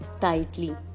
tightly